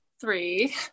three